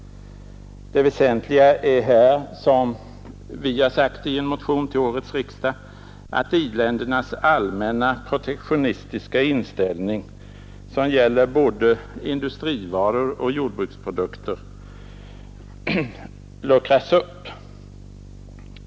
Det väsentliga är här som vi har sagt i en motion till årets riksdag att i-ländernas allmänna protektionistiska inställning, som gäller både industrivaror och jordbruksprodukter, luckras upp.